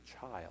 child